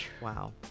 wow